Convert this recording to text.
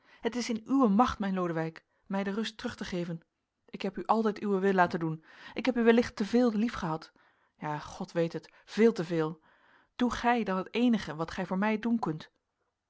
het is in uwe macht mijn lodewijk mij de rust terug te geven ik heb u altijd uwen wil laten doen ik heb u wellicht te veel liefgehad ja god weet het veel te veel doe gij dan het eenige wat gij voor mij doen kunt